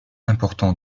important